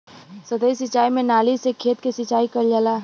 सतही सिंचाई में नाली से खेत के सिंचाई कइल जाला